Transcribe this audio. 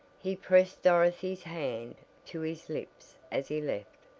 he pressed dorothy's hand to his lips as he left.